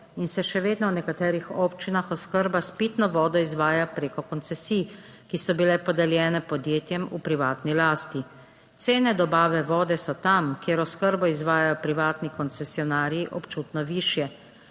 in se še vedno. v nekaterih občinah oskrba s pitno vodo izvaja preko koncesij, ki so bile podeljene podjetjem v privatni lasti. Cene dobave vode so tam, kjer oskrbo izvajajo privatni koncesionarji, 4.